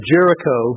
Jericho